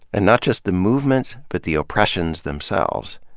and not just the movements but the oppressions themselves.